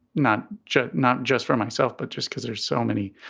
not just not just for myself, but just because there's so many